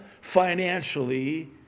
financially